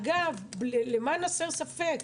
אגב, למען הסר ספק,